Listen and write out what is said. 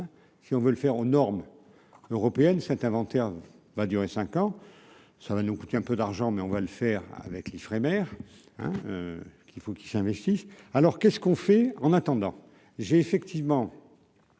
si on veut le faire aux normes européennes, cet inventaire va durer 5 ans, ça va nous coûter un peu d'argent, mais on va le faire avec l'Ifremer, hein, qu'il faut qu'ils s'investissent alors qu'est-ce qu'on fait en attendant j'ai effectivement